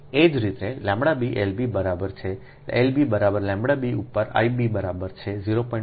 એ જ રીતેλb Lb બરાબર છે L b બરાબરλb ઉપર I b બરાબર છે 0